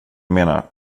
menar